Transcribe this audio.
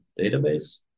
database